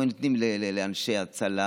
אם היינו נותנים לאנשי הצלה,